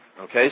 Okay